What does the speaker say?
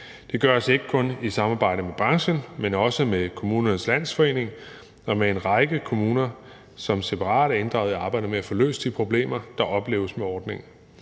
Det gøres ikke kun i samarbejde med branchen, men også med Kommunernes Landsforening og med en række kommuner, som separat er inddraget i arbejdet med at få løst de problemer, der opleves med ordningen.